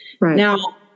Now